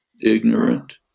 ignorant